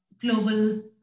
global